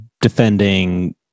defending